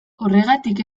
horregatik